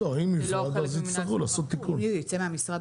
--- זה לא חלק ממינהל סחר חוץ.